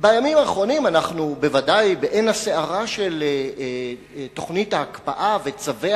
בימים האחרונים אנחנו בוודאי בעין הסערה של תוכנית ההקפאה וצווי